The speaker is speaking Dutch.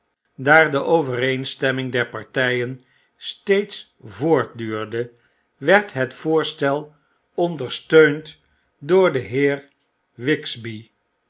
daar de overeenstemming der partyen steeds voortduurde werd het voorstel ondersteund door den heer